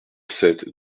sept